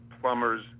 Plumbers